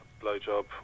blowjob